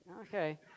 okay